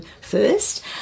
first